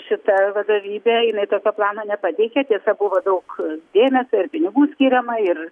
šita vadovybė inai tokio plano nepateikė tiesa buvo daug dėmesio ir pinigų skiriama ir